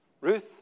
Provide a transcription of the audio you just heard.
Ruth